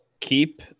Keep